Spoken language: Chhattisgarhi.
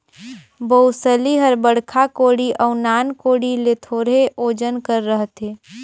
बउसली हर बड़खा कोड़ी अउ नान कोड़ी ले थोरहे ओजन कर रहथे